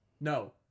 No